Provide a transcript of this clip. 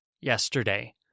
yesterday